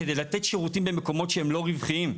כדי לתת שירותים במקומות שהם לא רווחים.